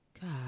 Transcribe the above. God